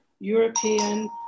European